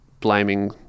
blaming